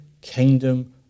kingdom